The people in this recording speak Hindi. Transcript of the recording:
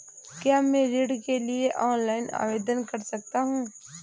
क्या मैं ऋण के लिए ऑनलाइन आवेदन कर सकता हूँ?